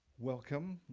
welcome,